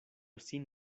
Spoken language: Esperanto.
sin